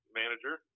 manager